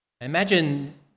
imagine